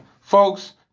Folks